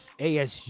ASU